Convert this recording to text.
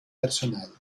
personal